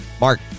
mark